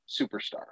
superstar